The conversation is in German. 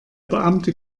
beamte